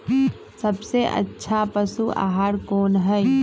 सबसे अच्छा पशु आहार कोन हई?